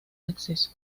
acceso